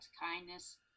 kindness